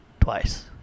twice